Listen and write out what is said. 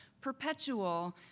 perpetual